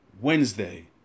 Wednesday